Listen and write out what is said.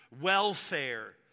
welfare